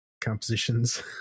compositions